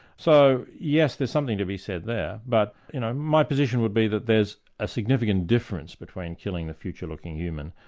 so yes, there's something to be said there, but you know my position would be that there's a significant difference between killing a future-looking human,